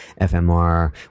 FMR